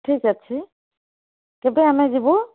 ଠିକ୍ ଅଛି କେବେ ଆମେ ଯିବୁ